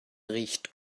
riecht